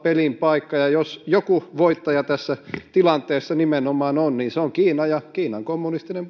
pelin paikka ja jos joku voittaja tässä tilanteessa on niin se on nimenomaan kiina ja kiinan kommunistinen